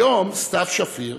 היום סתיו שפיר